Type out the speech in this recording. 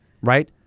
Right